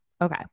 Okay